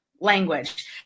language